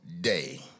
day